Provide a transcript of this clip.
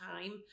time